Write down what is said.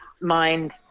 mind